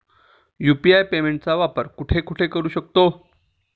UPI पेमेंटचा वापर कुठे कुठे करू शकतो?